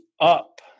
up